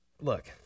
look